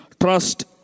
trust